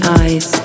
eyes